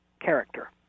character